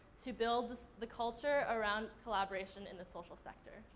to build the culture around collaboration in the social sector.